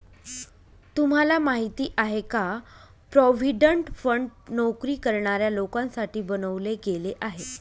तुम्हाला माहिती आहे का? प्रॉव्हिडंट फंड नोकरी करणाऱ्या लोकांसाठी बनवले गेले आहे